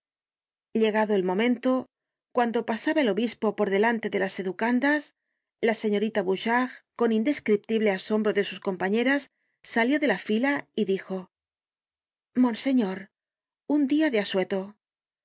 creia llegado el momento cuando pasaba el obispo por delante de las educandas la señorita bouchard con indescriptible asombro de sus compañeras salió de la fila y dijo monseñor un dia de asueto la